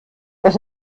dass